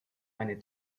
eine